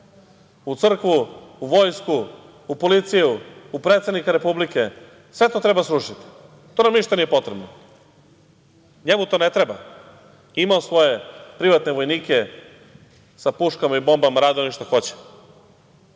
u crkvu, u vojsku, u policiju, u predsednika Republike, sve to treba srušiti, to nam ništa nije potrebno. Njemu to ne treba, ima svoje privatne vojnike sa puškama i bombama, rade oni šta hoće